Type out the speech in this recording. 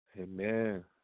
Amen